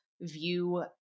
view